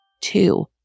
Two